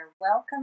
Welcome